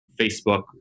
Facebook